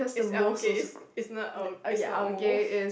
it's algae it's it's not uh it's not mold